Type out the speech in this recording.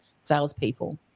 salespeople